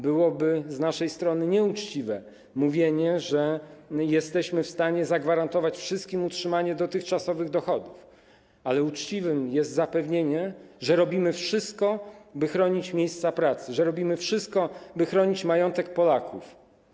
Byłoby nieuczciwe z naszej strony mówienie, że jesteśmy w stanie zagwarantować wszystkim utrzymanie dotychczasowych dochodów, ale uczciwe jest zapewnienie, że robimy wszystko, by chronić miejsca pracy, że robimy wszystko, by chronić majątek Polaków.